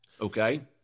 Okay